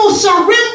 surrender